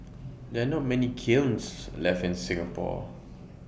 there are not many kilns left in Singapore